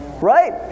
right